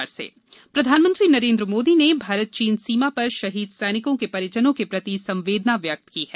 मोदी वक्तव्य प्रधानमंत्री नरेन्द्र मोदी ने भारत चीन सीमा पर शहीद सैनिकों के परिजनों के प्रति संवेदना व्यक्त की है